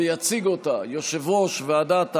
ויציג אותה יושב-ראש ועדת העבודה,